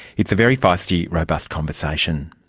it's a very feisty, robust conversation.